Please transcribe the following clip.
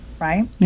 right